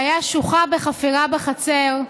שהיה שוחה בחפירה בחצר,